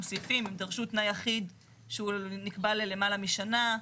סעיפים דרשו תנאי אחיד שנקבע ללמעלה משנה,